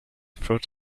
fruit